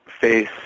face